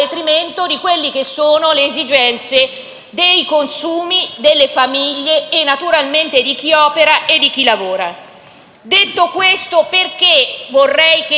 detrimento delle esigenze dei consumi, delle famiglie e, naturalmente, di chi opera e di chi lavora. Detto questo, perché vorrei che